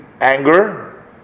anger